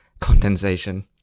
condensation